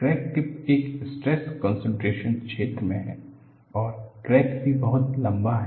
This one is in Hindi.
तो क्रैक टिप एक स्ट्रेस कनसंट्रेशन क्षेत्र में है और क्रैक भी बहुत लंबा है